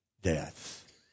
death